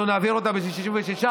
אנחנו נעביר אותה ב-66%.